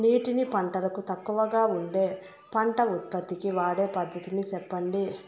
నీటిని పంటలకు తక్కువగా వాడే పంట ఉత్పత్తికి వాడే పద్ధతిని సెప్పండి?